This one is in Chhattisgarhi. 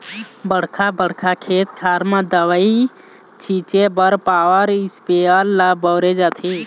बड़का बड़का खेत खार म दवई छिंचे बर पॉवर इस्पेयर ल बउरे जाथे